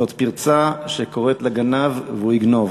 זאת פרצה שקוראת לגנב, והוא יגנוב.